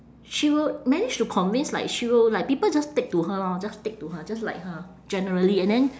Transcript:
she will manage to convince like she will like people just stick to her lor just stick to her just like her generally and then